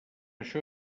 això